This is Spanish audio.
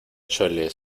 chole